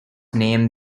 named